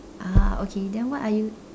ah okay then what are you